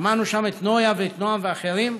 שמענו שם את נויה ואת נועם ואחרים,